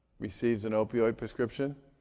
receives an opioid prescription.